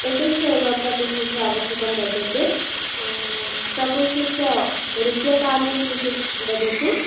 एकस्य एव प्रकोष्ठस्य आवश्यकं वर्तते प्रकोष्ठस्य रूप्यकाणि किञ्चित् वदतु